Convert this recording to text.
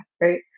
Right